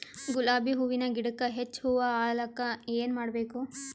ಗುಲಾಬಿ ಹೂವಿನ ಗಿಡಕ್ಕ ಹೆಚ್ಚ ಹೂವಾ ಆಲಕ ಏನ ಮಾಡಬೇಕು?